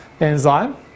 enzyme